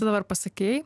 dabar pasakei